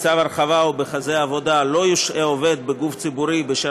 בצו הרחבה או בחוזה עבודה לא יושעה עובד בגוף ציבורי בשל